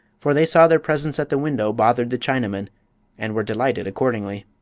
for they saw their presence at the window bothered the chinaman and were delighted accordingly.